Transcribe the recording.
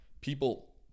people